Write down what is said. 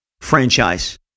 franchise